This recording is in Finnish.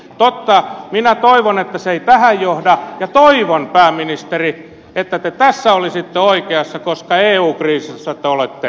totta minä toivon että se ei tähän johda ja toivon pääministeri että te tässä olisitte oikeassa koska eu kriisissä te olette väärässä